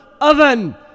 oven